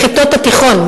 בכיתות התיכון,